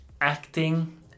acting